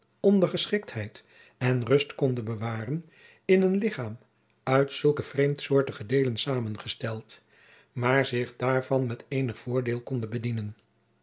ondergeschiktheid en rust konde bewaren in een ligchaam uit zulke vreemdsoortige deelen samengesteld maar zich daarvan met eenig voordeel konde bedienen